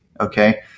okay